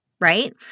Right